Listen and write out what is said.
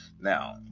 Now